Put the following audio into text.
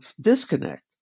disconnect